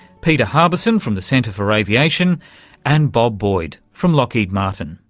peter harbison from the centre for aviation and bob boyd from lockheed martin.